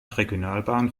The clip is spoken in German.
regionalbahn